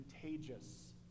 contagious